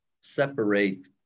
separate